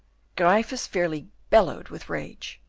gryphus fairly bellowed with rage.